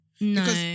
No